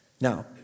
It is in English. Now